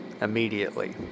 immediately